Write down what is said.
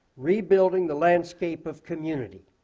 rebuilding the landscape of community.